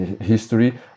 history